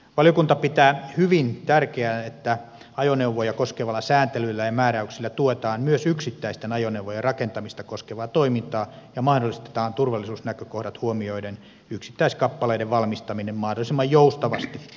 valiokunta pitää hyvin tärkeänä että ajoneuvoja koskevalla sääntelyllä ja määräyksillä tuetaan myös yksittäisten ajoneuvojen rakentamista koskevaa toimintaa ja mahdollistetaan turvallisuusnäkökohdat huomioiden yksittäiskappaleiden valmistaminen mahdollisimman joustavasti